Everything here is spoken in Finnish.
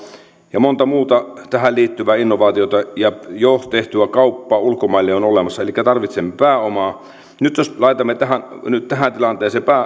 ja monta muuta tähän liittyvää innovaatiota ja jo tehtyä kauppaa ulkomaille on olemassa elikkä tarvitsemme pääomaa nyt jos laitamme tähän tilanteeseen